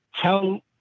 Tell